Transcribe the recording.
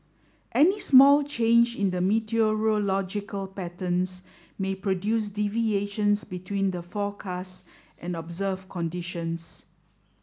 any small change in the meteorological patterns may produce deviations between the forecast and observed conditions